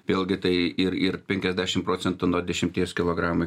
vėlgi tai ir ir penkiadešim procentų nuo dešimties kilogramų